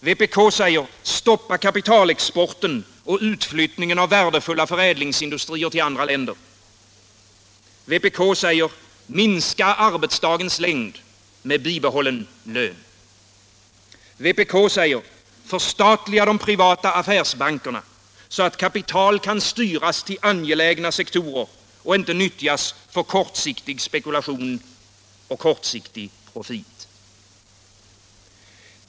Vpk säger: Stoppa kapitalexporten och utflyttningen av värdefulla förädlingsindustrier till andra länder. Vpk säger: Minska arbetsdagens längd men bibehåll lönen. Vpk säger: Förstatliga de privata affärsbankerna, så att kapital kan styras till angelägna sektorer och inte nyttjas för kortsiktig spekulation och kortsiktig profit.